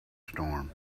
storm